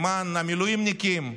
למען המילואימניקים,